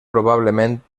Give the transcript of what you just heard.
probablement